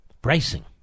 Bracing